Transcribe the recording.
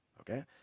Okay